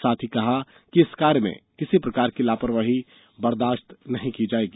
साथ ही कहा है कि इस कार्य में किसी प्रकार की लापरवाही बर्दाश्त नहीं की जाएगी